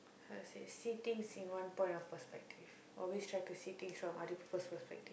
how to say see things in one point of perspective always try to see things from other people's perspective